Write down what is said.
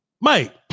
mike